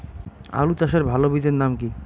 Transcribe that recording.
আলু চাষের ভালো বীজের নাম কি?